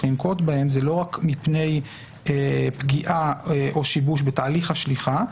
לנקוט בהם זה לא רק מפני פגיעה או שיבוש בתהליך השליחה,